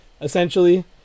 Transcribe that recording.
essentially